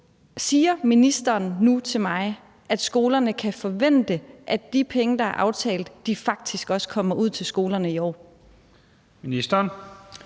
Siger ministeren nu til mig, at skolerne kan forvente, at de penge, der er aftalt, faktisk også kommer ud til skolerne i år? Kl.